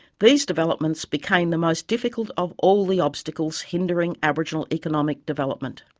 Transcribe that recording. these developments became the most difficult of all the obstacles hindering aboriginal economic development.